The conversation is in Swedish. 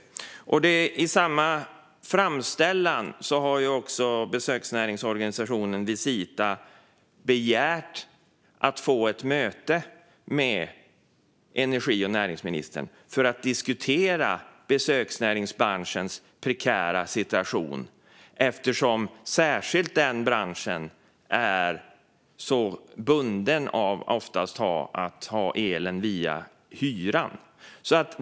I samma framställan har besöksnäringsorganisationen Visita begärt ett möte med energi och näringsministern för att diskutera besöksnäringsbranschens prekära situation eftersom särskilt den branschen är så bunden av att oftast ha elen via hyran.